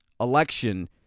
election